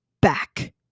back